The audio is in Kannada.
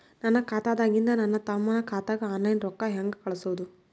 ನನ್ನ ಖಾತಾದಾಗಿಂದ ನನ್ನ ತಮ್ಮನ ಖಾತಾಗ ಆನ್ಲೈನ್ ರೊಕ್ಕ ಹೇಂಗ ಕಳಸೋದು?